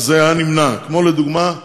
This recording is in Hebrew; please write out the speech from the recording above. זה היה נמנע, לדוגמה,